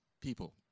people